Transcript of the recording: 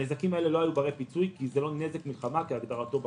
הנזקים האלה לא היו ברי פיצוי כי זה לא נזק מלחמה כהגדרתו בחוק.